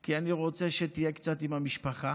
כי אני רוצה שתהיה קצת עם המשפחה,